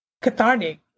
cathartic